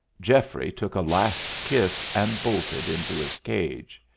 geoffrey took a last kiss, and bolted into his cage.